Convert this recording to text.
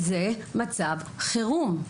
זה מצב חירום.